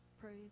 pray